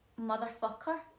motherfucker